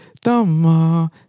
Dama